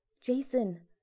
Jason